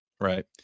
right